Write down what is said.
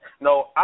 no